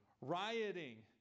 rioting